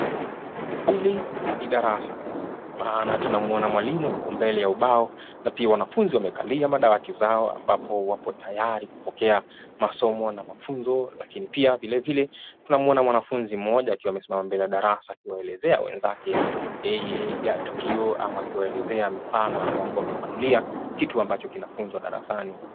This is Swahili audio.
Hili ni darasa maana tunamwona mwalimu huku mbele ya ubao na pia wanafunzi wamekalia madawati zao ambapo wapo tayari kupokea masomo na mafunzo lakini pia vile vile tunamwona mwanafunzi mmoja akiwa amesimama mbele ya darasa kuwaelezea wenzake nini ya tukio ama kuwaelezea mifano ama kuwafafanulia kitu ambacho kinafunzwa darasani.